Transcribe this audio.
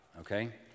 okay